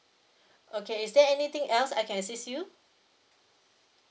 okay is there anything else I can assist you